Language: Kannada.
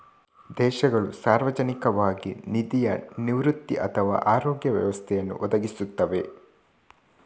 ದೇಶಗಳು ಸಾರ್ವಜನಿಕವಾಗಿ ನಿಧಿಯ ನಿವೃತ್ತಿ ಅಥವಾ ಆರೋಗ್ಯ ವ್ಯವಸ್ಥೆಯನ್ನು ಒದಗಿಸುತ್ತವೆ